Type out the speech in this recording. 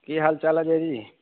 की हाल चाल अजय जी